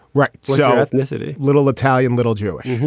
right. so ethnicity little italian little jewish.